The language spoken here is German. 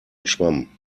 schwamm